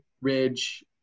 Ridge